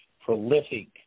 prolific